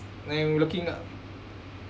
I'm looking up